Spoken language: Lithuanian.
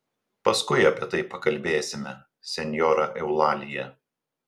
paskui apie tai pakalbėsime senjora eulalija